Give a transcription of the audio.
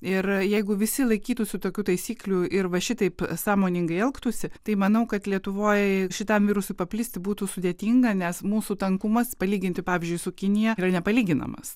ir jeigu visi laikytųsi tokių taisyklių ir va šitaip sąmoningai elgtųsi tai manau kad lietuvoj šitam virusui paplisti būtų sudėtinga nes mūsų tankumas palyginti pavyzdžiui su kinija yra nepalyginamas